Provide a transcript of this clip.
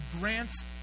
grants